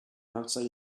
outside